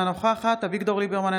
אינה נוכחת אביגדור ליברמן,